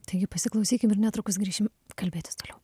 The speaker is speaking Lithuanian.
taigi pasiklausykim ir netrukus grįšim kalbėtis toliau